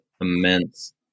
immense